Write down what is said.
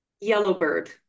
Yellowbird